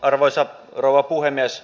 arvoisa rouva puhemies